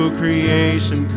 creation